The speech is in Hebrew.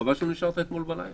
חבל שלא נשארת אתמול בלילה.